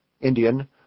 Indian